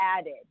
added